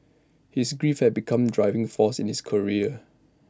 his grief had become driving force in his career